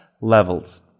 levels